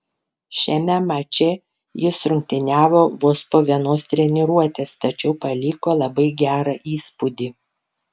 šiame mače jis rungtyniavo vos po vienos treniruotės tačiau paliko labai gerą įspūdį